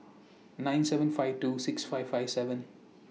nine seven five two six five five seven